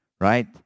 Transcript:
right